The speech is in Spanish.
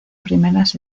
primeras